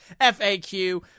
FAQ